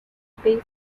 basel